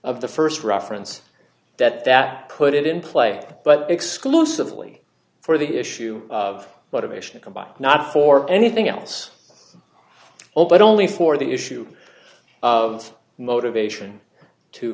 of the st reference that that put it in play but exclusively for the issue of motivation combined not for anything else well but only for the issue of motivation to